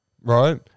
right